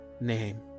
name